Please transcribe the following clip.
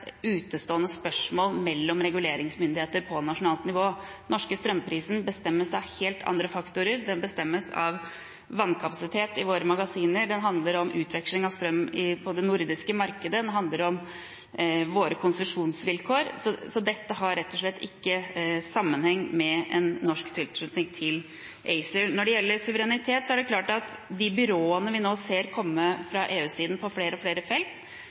utestående spørsmål mellom reguleringsmyndigheter på nasjonalt nivå. Den norske strømprisen bestemmes av helt andre faktorer. Den bestemmes av vannkapasitet i våre magasiner, den handler om utveksling av strøm på det nordiske markedet, den handler om våre konsesjonsvilkår. Dette har rett og slett ikke sammenheng med en norsk tilslutning til ACER. Når det gjelder suverenitet, er det klart at de byråene vi nå ser komme fra EU-siden, på flere og flere felt,